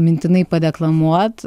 mintinai padeklamuot